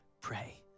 pray